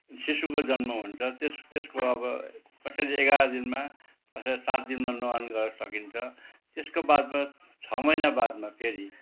शिशुको जन्म हुन्छ त्यसको अब कसैले एघार दिनमा कसैले सात दिनमा न्वारान गर्न सकिन्छ त्यसको बादमा छ महिना बादमा फेरि